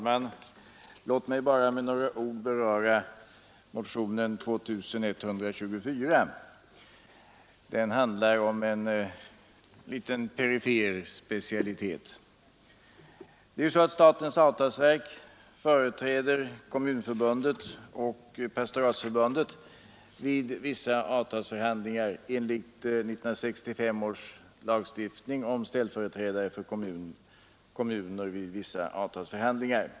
Fru talman! Låt mig bara med några ord beröra motionen 2124, som handlar om en liten perifer specialitet. Det är så att statens avtalsverk enligt 1965 års lagstiftning om ställföreträdare för kommuner vid vissa avtalsförhandlingar företräder Kommunförbundet och Pastoratsförbundet vid sådana förhandlingar.